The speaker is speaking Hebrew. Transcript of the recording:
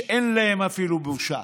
שאין להם אפילו בושה.